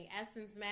Essence